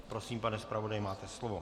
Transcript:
Prosím, pane zpravodaji, máte slovo.